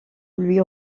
lui